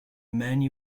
many